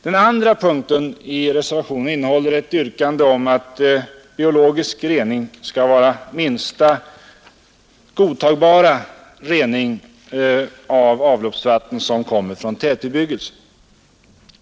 Den andra punkten i reservationen innehåller ett yrkande om att biologisk rening skall vara minsta godtagbara rening av avloppsvatten som kommer från tätbebyggelse.